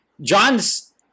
John's